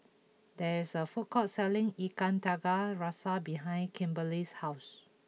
there is a food court selling Ikan Tiga Rasa behind Kimberely's house